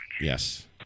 Yes